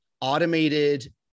automated